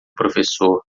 professor